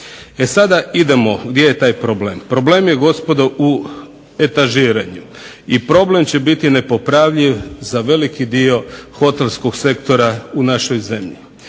E sada idemo, gdje je taj problem? Problem je gospodo u etažiranju i problem će biti nepopravljiv za veliki dio hotelskog sektora u našoj zemlji.